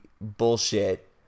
bullshit